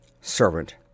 Servant